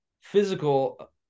physical